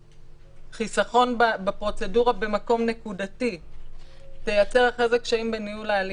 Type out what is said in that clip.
שהחיסכון בפרוצדורה במקום נקודתי ייצר אחרי זה קשיים בניהול ההליך.